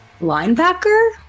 linebacker